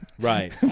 Right